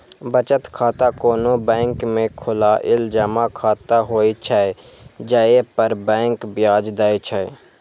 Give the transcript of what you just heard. बचत खाता कोनो बैंक में खोलाएल जमा खाता होइ छै, जइ पर बैंक ब्याज दै छै